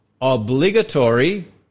obligatory